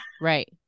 Right